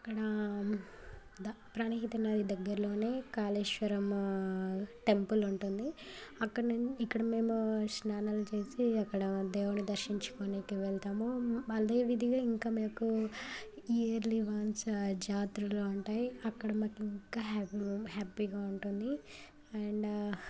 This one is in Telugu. అక్కడ ప్రాణహిత నది దగ్గరలో కాళేశ్వరం టెంపుల్ ఉంటుంది అక్కడ నుం ఇక్కడ మేము స్నానాలు వేసి అక్కడ దేవున్ని దర్శించుకునేకి వెళ్తాము అదే విధంగా ఇంకా మీకు ఇయర్లీ వన్స్ జాతరలు ఉంటాయి అక్కడ మాకు ఇంకా హ్యాపీ హ్యాపీగా ఉంటుంది అండ్